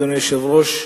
אדוני היושב-ראש,